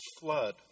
flood